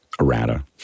errata